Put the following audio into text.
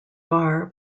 bar